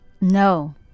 No